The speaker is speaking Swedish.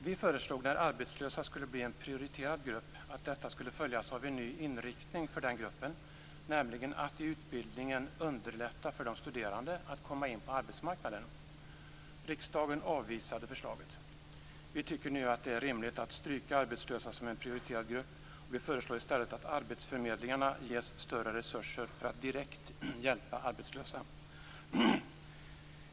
Vi föreslog när arbetslösa skulle bli en prioriterad grupp att detta skulle följas av en ny inriktning för den gruppen, nämligen att i utbildningen underlätta för de studerande att komma in på arbetsmarknaden. Riksdagen avvisade förslaget. Vi tycker nu att det är rimligt att stryka arbetslösa som en prioriterad grupp, och vi föreslår i stället att arbetsförmedlingarna ges större resurser för att direkt hjälpa arbetslösa.